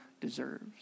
deserves